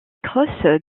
crosses